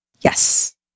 Yes